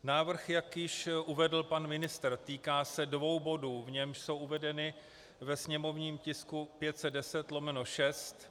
Návrh, jak již uvedl pan ministr, se týká dvou bodů, jež jsou uvedeny ve sněmovním tisku 510/6.